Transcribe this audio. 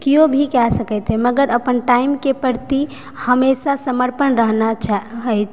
केओ भी कय सकैत अछि मगर टाइम के परति हमेसा समर्पण रहना अचछा अछि